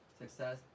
success